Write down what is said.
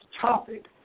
topic